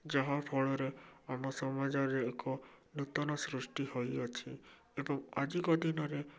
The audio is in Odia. ଯାହାଫଳରେ ଆମ ସମାଜରେ ଏକ ନୂତନ ସୃଷ୍ଟି ହୋଇଅଛି ଏବଂ ଆଜିକା ଦିନରେ